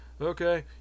Okay